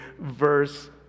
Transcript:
verse